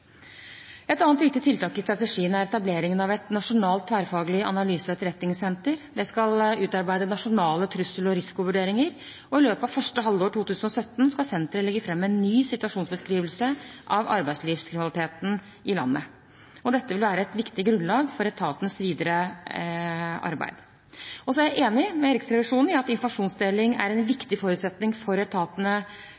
Et annet viktig tiltak i strategien er etableringen av et nasjonalt tverretatlig analyse- og etterretningssenter som skal utarbeide nasjonale trussel- og risikovurderinger. I løpet av første halvår 2017 skal senteret legge fram en ny situasjonsbeskrivelse av arbeidslivskriminaliteten i landet, og dette vil være et viktig grunnlag for etatenes videre arbeid. Jeg er enig med Riksrevisjonen i at informasjonsdeling er en